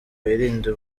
birinda